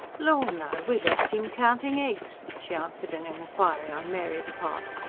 lor, no we left im counting eggs, she answered an inquiry on mary's part.